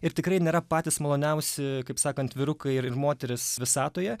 ir tikrai nėra patys maloniausi kaip sakant vyrukai ir moteris visatoje